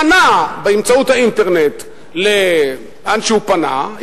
פנה באמצעות האינטרנט לאן שהוא פנה,